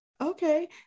okay